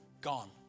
Gone